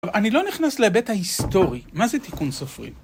אני לא נכנס לבית ההיסטורי, מה זה תיקון סופרים?